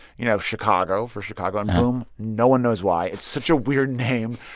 you know, chicago for chicago, and boom no one knows why. it's such a weird name.